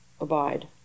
abide